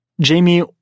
Jamie